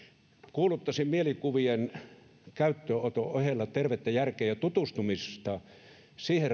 kuuluttaisin mielikuvien käyttöönoton ohella tervettä järkeä ja tutustumista reaalimaailmaan siihen